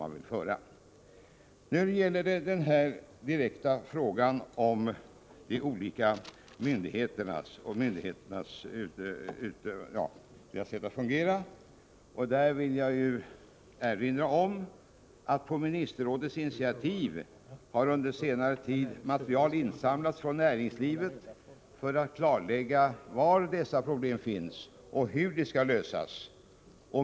När det gäller de problem som sammanhänger med olikheterna i myndighetsutövningen mellan de olika länderna vill jag erinra om att man på Ministerrådets initiativ under senare tid har insamlat material från näringslivet för att klarlägga var dessa problem finns och hur de skall lösas.